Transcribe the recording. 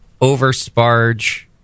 over-sparge